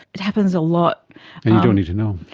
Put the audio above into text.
it happens a lot. and you don't need to know.